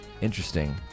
Interesting